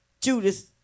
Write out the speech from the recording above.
Judas